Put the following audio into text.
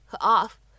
off